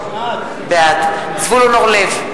בעד זבולון אורלב,